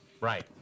Right